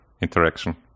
interaction